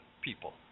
people